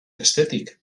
bestetik